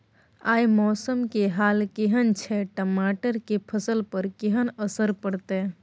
आय मौसम के हाल केहन छै टमाटर के फसल पर केहन असर परतै?